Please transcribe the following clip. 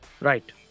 right